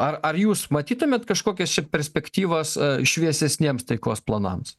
ar ar jūs matytumėt kažkokias čia perspektyvas šviesesniems taikos planams